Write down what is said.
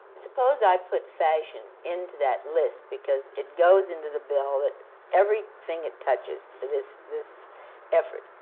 suppose i put fashion into that list, because it goes into the bill that everything it touches, this this effort.